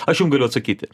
aš jum galiu atsakyti